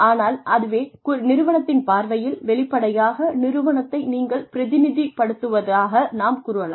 ஆனால் அதுவே நிறுவனத்தின் பார்வையில் வெளிப்படையாக நிறுவனத்தை நீங்கள் பிரதிநிதித்துவப்படுத்துவதாக நாம் கூறலாம்